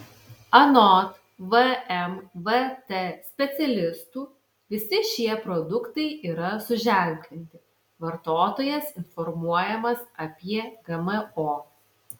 anot vmvt specialistų visi šie produktai yra suženklinti vartotojas informuojamas apie gmo